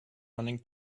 running